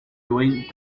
doing